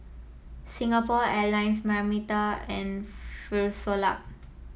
Singapore Airlines Marmite and Frisolac